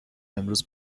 امروز